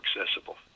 accessible